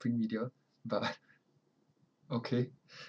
print media but okay